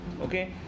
okay